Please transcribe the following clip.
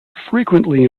frequently